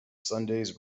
sundays